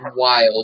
wild